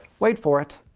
wait for it.